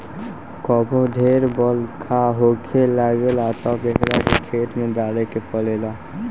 कबो ढेर बरखा होखे लागेला तब एकरा के खेत में डाले के पड़ेला